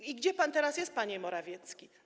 I gdzie pan teraz jest, panie Morawiecki?